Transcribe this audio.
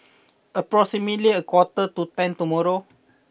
approximately a quarter to ten tomorrow